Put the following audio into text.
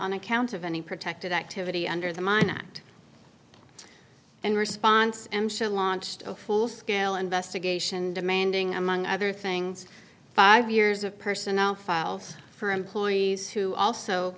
on account of any protected activity under the mine act in response m she launched a full scale investigation demanding among other things five years of personnel files for employees who also